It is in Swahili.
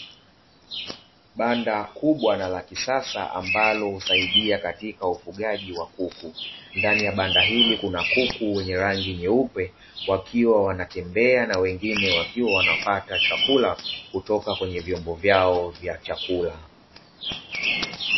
Banda kubwa na la kisasa, ambalo husaidia katika ufugaji wa kuku, ndani ya banda hili kuna kuku wenye rangi nyeupe wakiwa wanatembea na wengine wakiwa wanapata chakula kutoka kwenye vyombo vyao vya chakula.